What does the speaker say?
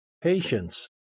patience